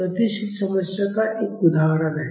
यह एक गतिशील समस्या का एक उदाहरण है